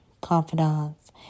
confidants